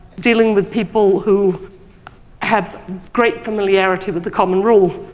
dealing with people who have great familiarity with the common rule,